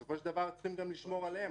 בסופו של דבר, צריך גם לשמור עליהם.